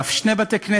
ואף שני בתי-כנסת.